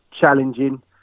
challenging